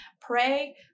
pray